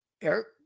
Eric